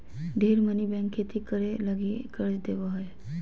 ढेर मनी बैंक खेती करे लगी कर्ज देवो हय